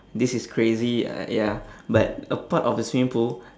this is crazy uh ya but a part of the swimming pool